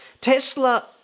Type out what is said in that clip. Tesla